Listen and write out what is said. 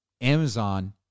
Amazon